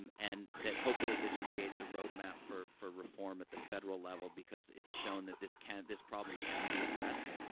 um and that, hopefully, this creates a roadmap for for reform at the federal level, because it's shown that this can this problem can be addressed.